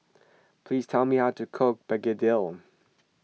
please tell me how to cook Begedil